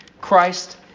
Christ